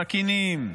סכינים,